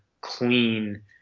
clean